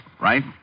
right